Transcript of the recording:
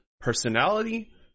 personality